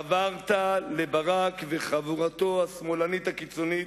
חברת לברק וחבורתו השמאלנית הקיצונית,